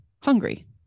hungry